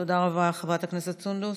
תודה רבה, חברת הכנסת סונדוס.